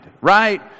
right